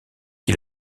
qui